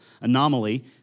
anomaly